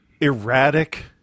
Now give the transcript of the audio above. erratic